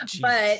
but-